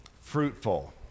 Fruitful